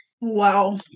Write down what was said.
Wow